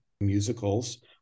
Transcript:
musicals